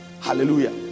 hallelujah